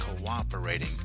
cooperating